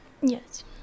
yes